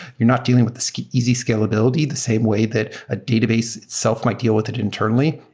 you're not dealing with the easy scalability the same way that a database itself might deal with it internally.